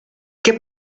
qué